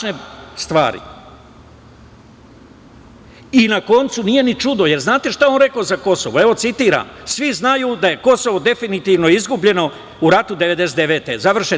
Na koncu, nije ni čudo, jer znate šta je on rekao za Kosovo, citiram: "Svi znaju da je Kosovo definitivno izgubljeno u ratu 1999. godine"